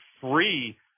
free